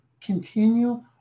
continue